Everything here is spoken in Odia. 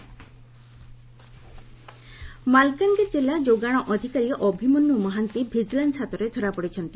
ଭିଜିଲାନ୍ସ ଚଢ଼ଉ ମାଲକାନଗିରି ଜିଲ୍ଲା ଯୋଗାଣ ଅଧିକାରୀ ଅଭିମନ୍ୟୁ ମହାନ୍ତି ଭିଜିଲାନ୍ୱ ହାତରେ ଧରାପଡ଼ିଛନ୍ତି